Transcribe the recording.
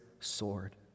sword